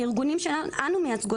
הארגונים שאנו מייצגות,